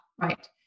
right